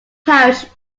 parish